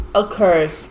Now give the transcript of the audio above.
occurs